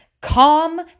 calm